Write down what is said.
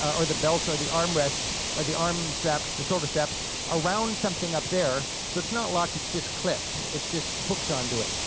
or the belt, or the armrests, or the arm straps, the shoulder straps around something up there so it's not locked it's just clipped, it's just hooked on to it.